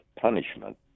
punishment